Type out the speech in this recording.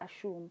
assume